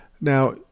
Now